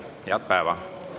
Head päeva!